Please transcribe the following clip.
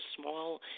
small